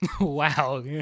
Wow